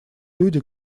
люди